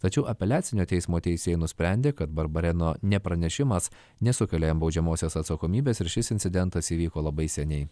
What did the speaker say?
tačiau apeliacinio teismo teisėjai nusprendė kad barbareno nepranešimas nesukelia jam baudžiamosios atsakomybės ir šis incidentas įvyko labai seniai